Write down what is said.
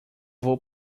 vou